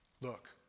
Look